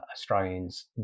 Australians